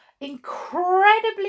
incredibly